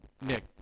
Nick